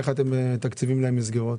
איך אתם מתקצבים להם מסגרות?